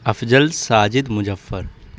Afzal Sajid Muzaffar